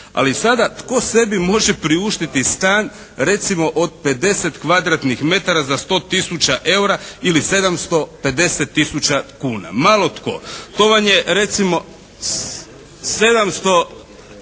Ali sada, tko sebi može priuštiti stan recimo od 50 kvadratnih metara za 100 000 eura ili 750 000 kuna. Malo tko! To vam je recimo 700,